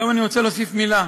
עכשיו אני רוצה להוסיף מילה.